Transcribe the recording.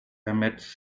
emits